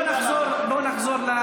בואו נחזור לסדר-היום.